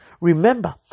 Remember